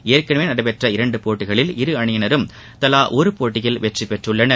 ஏற்கனவே நடைபெற்ற இரண்டு போட்டிகளில் இரு அணியினரும் தலா ஒரு போட்டியில் வெற்றி பெற்றுள்ளனர்